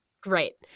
Great